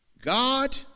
God